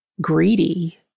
greedy